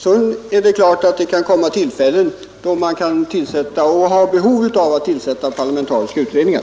Sedan är det klart att det kan komma tillfällen då man kan ha behov av att tillsätta parlamentariska utredningar.